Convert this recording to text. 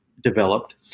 developed